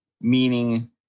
meaning